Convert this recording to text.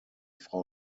frau